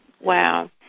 Wow